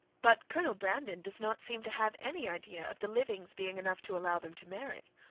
but colonel brandon does not seem to have any idea of the living's being enough to allow them to marry.